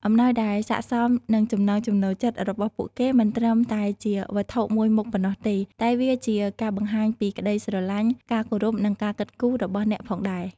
អំណោយដែលស័ក្តិសមនឹងចំណង់ចំណូលចិត្តរបស់ពួកគេ មិនត្រឹមតែជាវត្ថុមួយមុខប៉ុណ្ណោះទេ តែវាជាការបង្ហាញពីក្តីស្រឡាញ់ ការគោរព និងការគិតគូររបស់អ្នកផងដែរ។